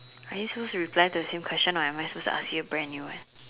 are you supposed to reply the same question or am I suppose to answer brand a new one